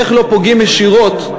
איך לא פוגעים ישירות,